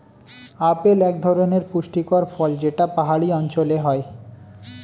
apple এক ধরনের পুষ্টিকর ফল যেটা পাহাড়ি অঞ্চলে হয়